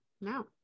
No